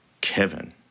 Kevin